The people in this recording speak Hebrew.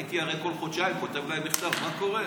הייתי כל חודשיים כותב להם מכתב: מה קורה?